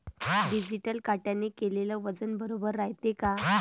Digital काट्याने केलेल वजन बरोबर रायते का?